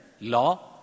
law